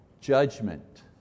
judgment